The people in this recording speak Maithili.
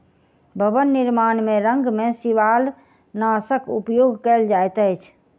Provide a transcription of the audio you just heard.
भवन निर्माण में रंग में शिवालनाशक उपयोग कयल जाइत अछि